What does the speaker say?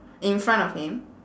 in front of him